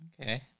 Okay